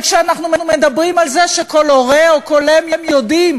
וכשאנחנו מדברים על זה שכל הורה או כל אם יודעים